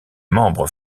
membre